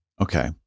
Okay